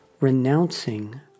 Renouncing